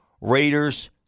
Raiders